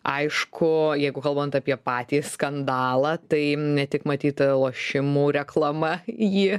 aišku jeigu kalbant apie patį skandalą tai ne tik matyta lošimų reklama ji